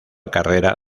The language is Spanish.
carrera